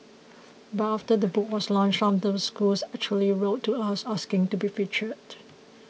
but after the book was launched some of the schools actually wrote to us asking to be featured